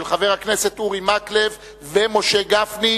של חברי הכנסת אורי מקלב ומשה גפני.